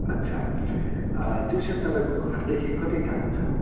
अच्छा ट्युसन तपाईँको घरदेखि कति टाढो छ